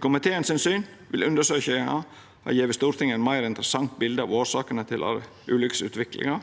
komiteen sitt syn ville undersøkinga ha gjeve Stortinget eit meir interessant bilete av årsakene til ulukkesutviklinga